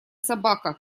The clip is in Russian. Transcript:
собака